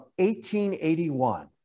1881